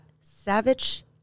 Savage